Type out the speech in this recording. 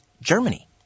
Germany